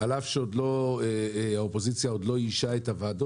על אף שהאופוזיציה עוד לא איישה את הוועדות,